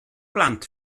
blant